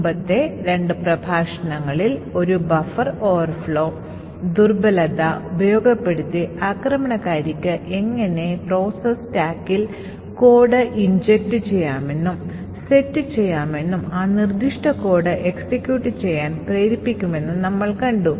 മുമ്പത്തെ രണ്ട് പ്രഭാഷണങ്ങളിൽ ഒരു ബഫർ ഓവർഫ്ലോ ദുർബലത ഉപയോഗപ്പെടുത്തി ആക്രമണകാരിക്ക് എങ്ങനെ പ്രോസസ്സ് സ്റ്റാക്കിൽ കോഡ് ഇഞ്ചക്ട് ചെയ്യാമെന്നും സെറ്റ് ചെയ്യാം എന്നും ആ നിർദ്ദിഷ്ട കോഡ് എക്സിക്യൂട്ട് ചെയ്യാൻ പ്രേരിപ്പിക്കുമെന്നും നമ്മൾ കണ്ടു